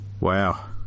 Wow